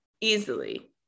easily